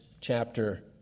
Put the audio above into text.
chapter